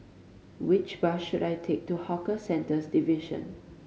which bus should I take to Hawker Centres Division